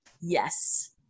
yes